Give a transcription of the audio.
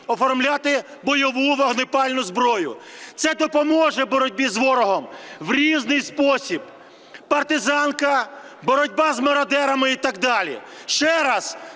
оформляти бойову вогнепальну зброю. Це допоможе боротьбі з ворогом в різний спосіб: партизанка, боротьба з мародерами і так далі.